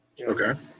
Okay